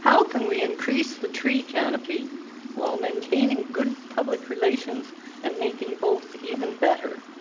how can we increase the tree canopy while maintaining good public relations and making both even better.